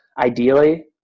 ideally